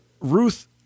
ruth